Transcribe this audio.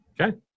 okay